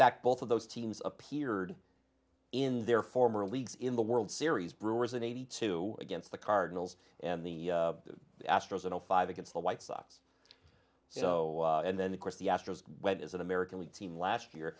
fact both of those teams appeared in their former leagues in the world series brewers in eighty two against the cardinals and the astros in zero five against the white sox so and then of course the astros went as an american league team last year